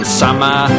summer